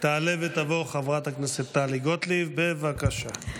תעלה ותבוא חברת הכנסת טלי גוטליב, בבקשה.